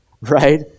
right